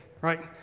right